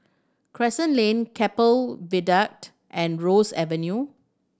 Crescent Lane Keppel Viaduct and Ross Avenue